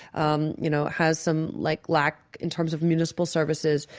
um you know, it has some like lack in terms of municipal services.